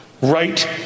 right